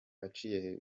aciye